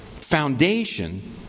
foundation